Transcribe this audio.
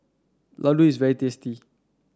Ladoo is very tasty